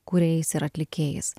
kūrėjais ir atlikėjais